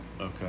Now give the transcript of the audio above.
Okay